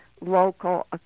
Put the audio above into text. local